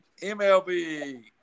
MLB